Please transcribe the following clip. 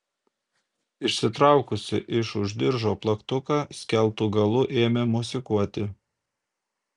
išsitraukusi iš už diržo plaktuką skeltu galu ėmė mosikuoti